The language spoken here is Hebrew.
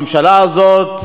הממשלה הזאת